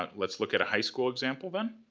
but let's look at a high school example, then.